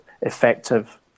effective